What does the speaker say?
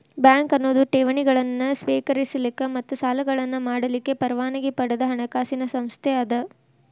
bank ಅನ್ನೊದು ಠೇವಣಿಗಳನ್ನ ಸ್ವೇಕರಿಸಲಿಕ್ಕ ಮತ್ತ ಸಾಲಗಳನ್ನ ಮಾಡಲಿಕ್ಕೆ ಪರವಾನಗಿ ಪಡದ ಹಣಕಾಸಿನ್ ಸಂಸ್ಥೆ ಅದ